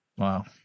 Wow